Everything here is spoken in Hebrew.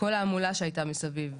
כל ההמולה שהייתה מסביב,